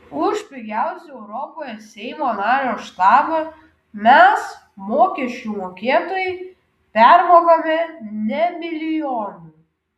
už pigiausią europoje seimo nario štabą mes mokesčių mokėtojai permokame ne milijonu